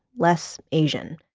less asian.